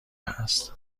است